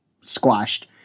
squashed